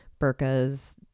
burkas